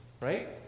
right